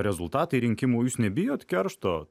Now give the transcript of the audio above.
rezultatai rinkimų jūs nebijot keršto